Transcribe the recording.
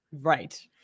Right